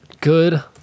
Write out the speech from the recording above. Good